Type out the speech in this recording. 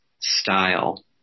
style